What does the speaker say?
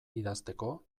idazteko